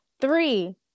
three